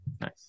Nice